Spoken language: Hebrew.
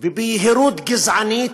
וביהירות גזענית,